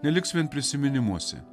neliks vien prisiminimuose